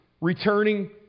returning